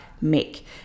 make